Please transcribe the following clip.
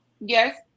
Yes